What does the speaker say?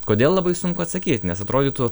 kodėl labai sunku atsakyt nes atrodytų